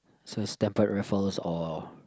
Sir-Stamford-Raffles or